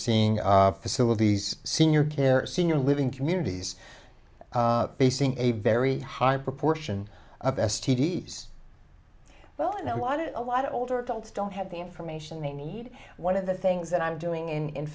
seeing facilities senior care senior living communities facing a very high proportion of s t d's well i know i did a lot of older adults don't have the information they need one of the things that i'm doing in in